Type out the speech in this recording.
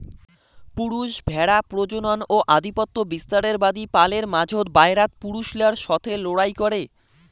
পুরুষ ভ্যাড়া প্রজনন ও আধিপত্য বিস্তারের বাদী পালের মাঝোত, বায়রাত পুরুষলার সথে লড়াই করে